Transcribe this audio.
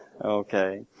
okay